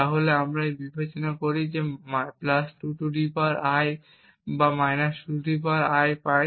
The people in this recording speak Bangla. তাহলে কিভাবে এই পার্থক্য 2 I বা 2 I পায়